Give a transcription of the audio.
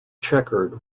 checkered